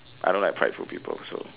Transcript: I don't like prideful people so